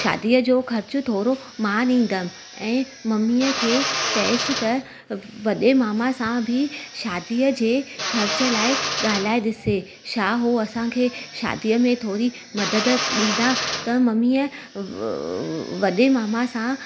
शादीअ जो ख़र्च थोरो मां ॾींदमि ऐं मम्मीअ खे चइसि त वॾे मामा सां बि शादीअ जे ख़र्च लाइ ॻाल्हाए ॾिसे छा उहो असांखे शादीअ में थोरी मदद ॾींदा त मम्मीअ वॾे मामा सां